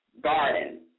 garden